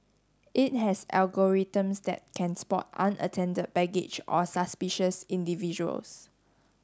it has algorithms that can spot unattended baggage or suspicious individuals